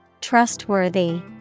Trustworthy